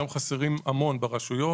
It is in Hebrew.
חסרים המון ברשויות.